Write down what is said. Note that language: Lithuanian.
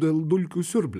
dėl dulkių siurblio